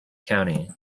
county